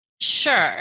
Sure